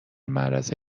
معرض